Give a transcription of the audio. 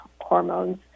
hormones